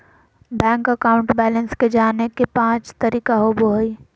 bank account balance के जाने के पांच तरीका होबो हइ